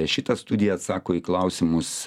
šita studija atsako į klausimus